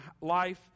life